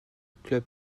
club